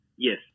Yes